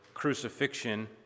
crucifixion